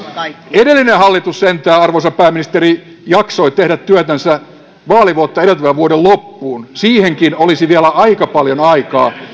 edellinen hallitus sentään arvoisa pääministeri jaksoi tehdä työtänsä vaalivuotta edeltävän vuoden loppuun siihenkin olisi vielä aika paljon aikaa